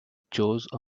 chose